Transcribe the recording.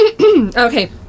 Okay